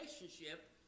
relationship